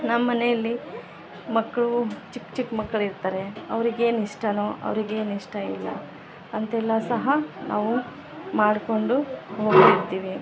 ನಮ್ಮ ಮನೆಯಲ್ಲಿ ಮಕ್ಕಳು ಚಿಕ್ಕ ಚಿಕ್ಕ ಮಕ್ಕಳಿರ್ತಾರೆ ಅವ್ರಿಗೇನು ಇಷ್ಟ ಅವ್ರಿಗೆ ಏನು ಇಷ್ಟ ಇಲ್ವೋ ಅಂತೆಲ್ಲ ಸಹ ನಾವು ಮಾಡಿಕೊಂಡು ಹೋಗ್ತಿರ್ತೀವಿ